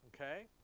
Okay